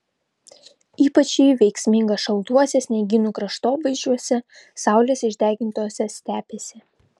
ypač ji veiksminga šaltuose sniegynų kraštovaizdžiuose saulės išdegintose stepėse